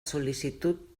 sol·licitud